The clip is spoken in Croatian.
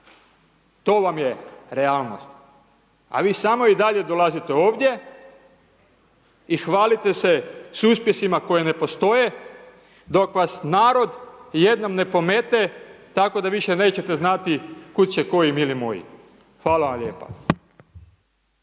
To vam je realnost, a vi samo i dalje dolazite ovdje i hvalite se s uspjesima koji ne postoje, dok vas narod jednom ne pomete tako da više nećete znati kud će koji mili moji. Hvala vam lijepa.